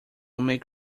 make